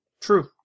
True